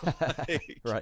right